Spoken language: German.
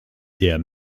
der